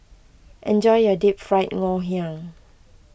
enjoy your Deep Fried Ngoh Hiang